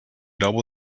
double